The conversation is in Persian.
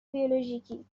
بیولوژیکی